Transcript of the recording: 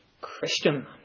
christian